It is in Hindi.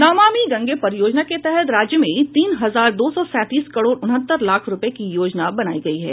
नमामि गंगे परियोजना के तहत राज्य में तीन हजार दो सौ सैंतीस करोड़ उनहत्तर लाख रूपये की योजना बनायी गयी है